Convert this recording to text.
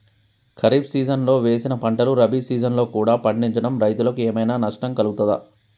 ఖరీఫ్ సీజన్లో వేసిన పంటలు రబీ సీజన్లో కూడా పండించడం రైతులకు ఏమైనా నష్టం కలుగుతదా?